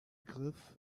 begriff